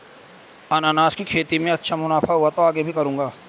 अनन्नास की खेती में अच्छा मुनाफा हुआ तो आगे भी करूंगा